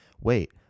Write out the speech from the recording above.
wait